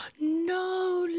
No